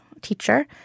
teacher